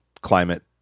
climate